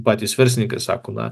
patys verslininkai sako na